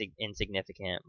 insignificant